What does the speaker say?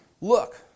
look